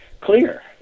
clear